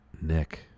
Nick